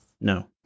no